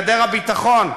גדר הביטחון,